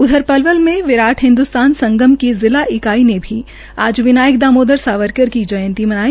उधर पलवल में विराट हिंदुस्तान संगम की जिला इकाई ने भी आज विनायक दामोदर सावरकर की जयंती मनाई